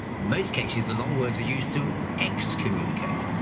in most cases the long words are used to excommunicate.